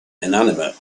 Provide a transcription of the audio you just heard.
inanimate